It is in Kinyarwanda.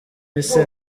isi